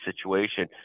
situation